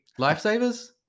lifesavers